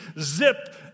Zip